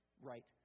right